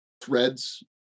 threads